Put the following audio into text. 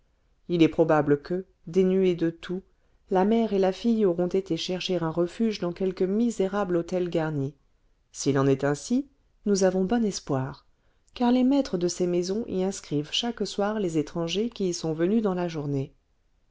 il est probable que dénuées de tout la mère et la fille auront été chercher un refuge dans quelque misérable hôtel garni s'il en est ainsi nous avons bon espoir car les maîtres de ces maisons y inscrivent chaque soir les étrangers qui y sont venus dans la journée